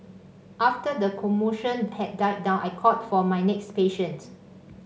after the commotion had died down I called for my next patient